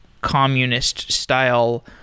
communist-style